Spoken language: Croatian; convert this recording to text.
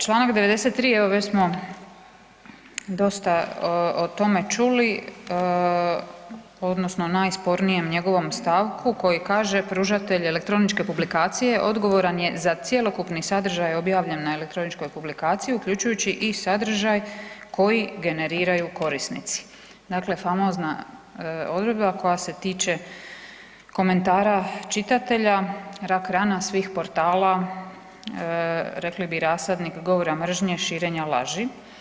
Članak 93. evo već smo dosta o tome čuli odnosno najspornijem njegovom stavku koji kaže: „Pružatelj elektroničke publikacije odgovoran je za cjelokupni sadržaj objavljen na elektroničkoj publikaciji uključujući i sadržaj koji generiraju korisnici.“ Dakle, famozna odredba koja se tiče komentara čitatelja, rak rana svih portala, rekli bi rasadnik govora mržnje, širenja laži.